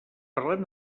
parlem